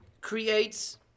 creates